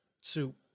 soup